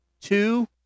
two